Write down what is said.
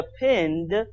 depend